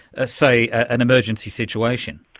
ah say, an emergency situation.